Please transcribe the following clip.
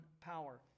power